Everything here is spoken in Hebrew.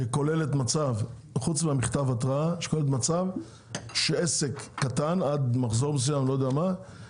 חוץ ממכתב ההתראה: שעסק קטן ישלם קנס